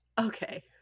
Okay